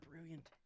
brilliant